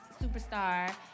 superstar